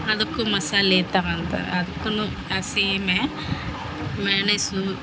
ಅದಕ್ಕೂ ಮಸಾಲೆ ಇರ್ತವ ಅಂತ ಅದ್ಕುನು ಆ ಸೀಮೆ ಮೆಣಸು